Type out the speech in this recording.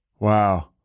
Wow